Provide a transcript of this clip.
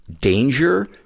danger